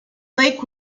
lake